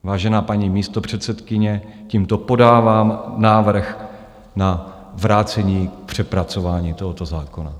Vážená paní místopředsedkyně, tímto podávám návrh na vrácení k přepracování tohoto zákona.